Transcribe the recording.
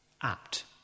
apt